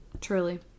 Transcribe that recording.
Truly